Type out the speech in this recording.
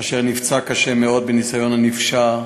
אשר נפצע קשה מאוד בניסיון הנפשע